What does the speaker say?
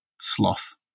Sloth